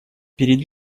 перед